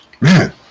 Man